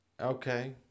Okay